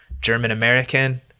German-American